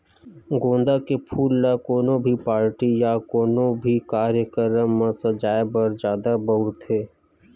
गोंदा के फूल ल कोनो भी पारटी या कोनो भी कार्यकरम म सजाय बर जादा बउरथे